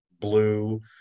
blue